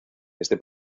este